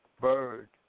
bird